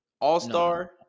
All-star